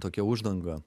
tokia uždanga